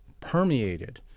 permeated